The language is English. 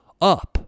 up